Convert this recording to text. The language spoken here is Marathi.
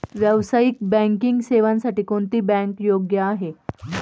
व्यावसायिक बँकिंग सेवांसाठी कोणती बँक योग्य आहे?